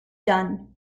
done